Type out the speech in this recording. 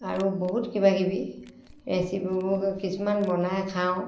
আৰু বহুত কিবা কিবি ৰেচিপিবোকে কিছুমান বনাই খাওঁ